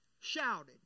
shouted